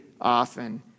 often